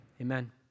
Amen